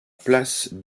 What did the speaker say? place